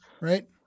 right